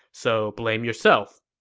so blame yourself.